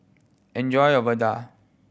enjoy your vadai